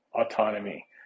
autonomy